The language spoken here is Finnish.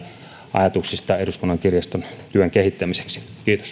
ajatuksista eduskunnan kirjaston työn kehittämiseksi